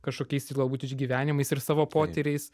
kažkokiais galbūt išgyvenimais ir savo potyriais